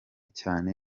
cyane